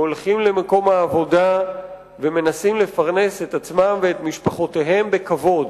הולכים למקום העבודה ומנסים לפרנס את עצמם ואת משפחותיהם בכבוד.